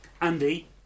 Andy